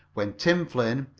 when tim flynn,